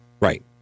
Right